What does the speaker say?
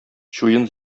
чуен